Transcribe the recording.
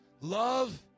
Love